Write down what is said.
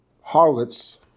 harlots